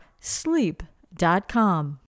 sleep.com